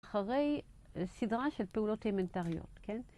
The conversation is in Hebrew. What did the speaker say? אחרי סדרה של פעולות אימנטריות, כן?